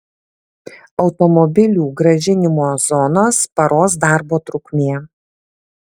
automobilių grąžinimo zonos paros darbo trukmė